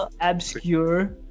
obscure